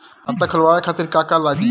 खाता खोलवाए खातिर का का लागी?